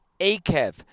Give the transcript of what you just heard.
akev